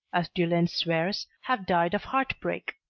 as de lenz swears, have died of heart-break.